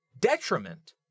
detriment